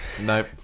Nope